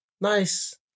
nice